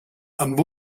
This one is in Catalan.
amb